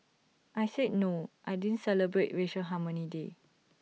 I said no I didn't celebrate racial harmony day